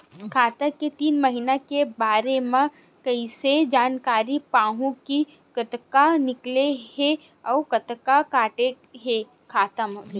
खाता के तीन महिना के बारे मा कइसे जानकारी पाहूं कि कतका निकले हे अउ कतका काटे हे खाता ले?